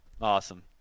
Awesome